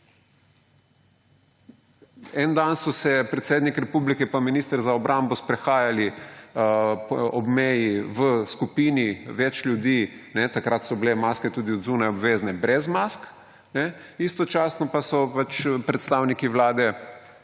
En dan so se predsednik republike in minister za obrambo sprehajali ob meji v skupini več ljudi − takrat so bile maske tudi zunaj obvezne − brez mask, istočasno pa so predstavniki vlade